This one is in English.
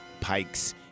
pikes